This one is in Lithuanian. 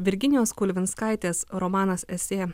virginijos kulvinskaitės romanas esė